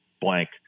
blank